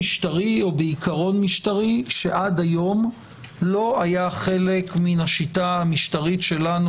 בעיקרון משטרי שעד היום לא היה חלק מן השיטה המשטרית שלנו